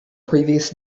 previous